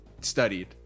studied